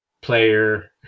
player